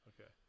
Okay